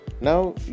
Now